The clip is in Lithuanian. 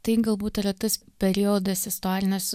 tai galbūt yra tas periodas istorinis